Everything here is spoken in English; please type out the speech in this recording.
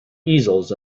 easels